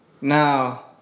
Now